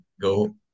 Go